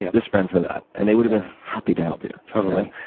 yeah this friend for that, and they would have been happy to help you. totally.